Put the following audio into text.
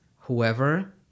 whoever